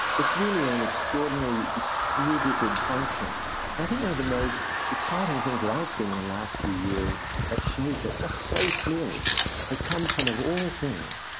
it's really an an extraordinary distributed function and i think one of the most exciting things that i've seen in the last few years that shows that just so clearly has come from, of all things,